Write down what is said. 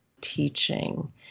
teaching